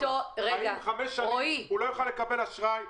האם חמש שנים הוא לא יכול לקבל אשראי,